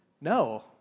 No